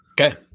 Okay